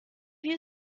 you